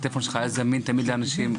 הטלפון שלך היה זמין תמיד לאנשים,